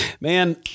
Man